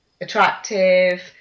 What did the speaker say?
attractive